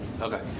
Okay